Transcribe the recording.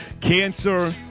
Cancer